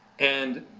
and